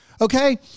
okay